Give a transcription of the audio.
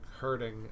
hurting